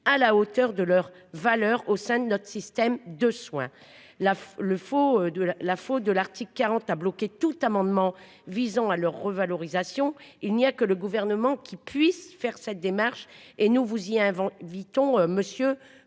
à la hauteur de leur valeur au sein de notre système de soins là le faut de la la faute de l'article 40 à bloquer tout amendement visant à leur revalorisation. Il n'y a que le gouvernement qui puisse faire cette démarche et nous vous y invente Viton, Monsieur